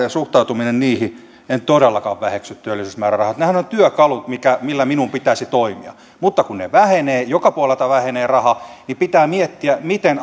ja suhtautuminen niihin en todellakaan väheksy työllisyysmäärärahoja nehän ovat työkalut millä minun pitäisi toimia mutta kun ne vähenevät joka puolelta vähenee raha niin pitää miettiä miten